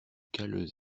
calleuses